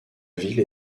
ville